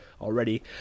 already